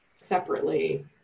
separately